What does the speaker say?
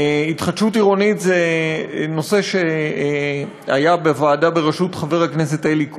התחדשות עירונית זה נושא שהיה בוועדה בראשות חבר הכנסת אלי כהן.